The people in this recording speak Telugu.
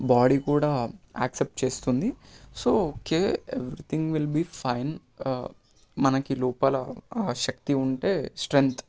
బాడీ కూడ యాక్సెప్ట్ చేస్తుంది so okay everything will be fine మనకి లోపల ఆ శక్తి ఉంటే స్ట్రెంగ్త్